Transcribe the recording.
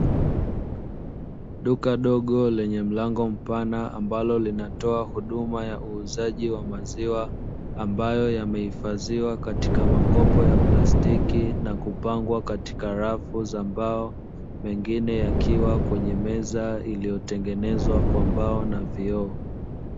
Duka dogo lenye mlango mpana, ambalo linatoa huduma ya uuzaji wa maziwa, ambayo yamehifadhiwa katika makopo ya plastiki na kupangwa katika rafu za mbao, mengine yakiwa kwenye meza iliyotengenezwa kwa mbao na vioo.